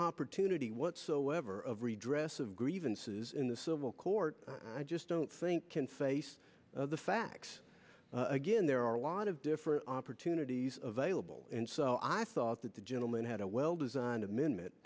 opportunity whatsoever of redress of grievances in the civil court i just don't think concise the facts again there are a lot of different opportunities available and so i thought that the gentleman had a well designed a